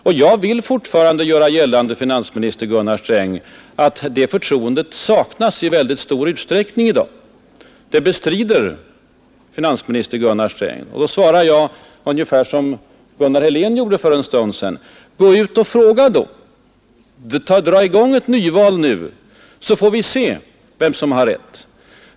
Och jag vill fortfarande göra gällande, finansminister Gunnar Sträng, att förtroendet i alltför stor utsträckning saknas i dag. Det bestrider finansminister Gunnar Sträng, och då svarar jag ungefär som Gunnar Helén gjorde för en stund sedan: Gå ut och fråga då! Dra i gång ett nyval, så får vi se vem som har rätt!